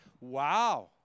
wow